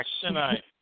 tonight